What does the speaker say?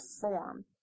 form